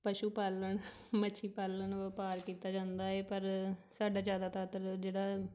ਪਸ਼ੂ ਪਾਲਣ ਮੱਛੀ ਪਾਲਣ ਵਪਾਰ ਕੀਤਾ ਜਾਂਦਾ ਹੈ ਪਰ ਸਾਡਾ ਜ਼ਿਆਦਾਤਰ ਜਿਹੜਾ